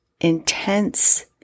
intense